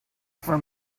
for